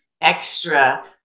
extra